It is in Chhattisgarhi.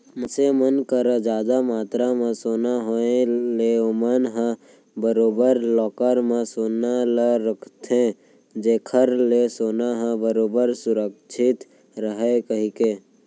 मनसे मन करा जादा मातरा म सोना के होय ले ओमन ह बरोबर लॉकर म सोना ल रखथे जेखर ले सोना ह बरोबर सुरक्छित रहय कहिके